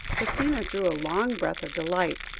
christina drew a long breath of delight,